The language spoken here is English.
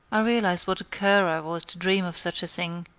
i realized what a cur i was to dream of such a thing,